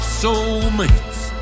soulmates